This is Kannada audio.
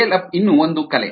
ಸ್ಕೇಲ್ ಅಪ್ ಇನ್ನೂ ಒಂದು ಕಲೆ